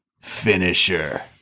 finisher